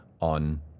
on